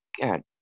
God